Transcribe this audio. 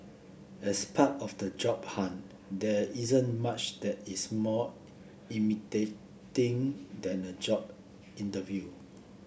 as part of the job hunt there isn't much that is more imitating than a job interview